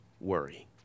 worry